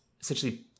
essentially